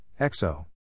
exo